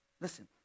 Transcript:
Listen